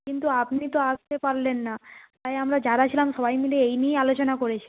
কিন্তু আপনি তো আসতে পারলেন না তাই আমরা যারা ছিলাম সবাই মিলে এই নিয়েই আলোচনা করেছিলাম